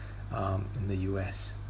um in the U_S